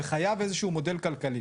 וחייב איזשהו מודל כלכלי.